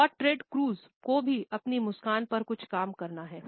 और Ted Cruz को भी अपनी मुस्कान पर कुछ काम करना है